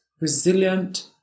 resilient